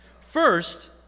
First